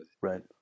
right